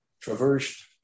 traversed